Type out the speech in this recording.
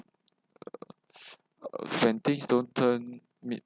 when things don't turn meet